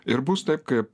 ir bus taip kaip